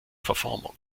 verformung